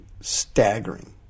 staggering